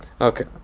Okay